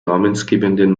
namensgebenden